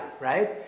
right